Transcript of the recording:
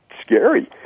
scary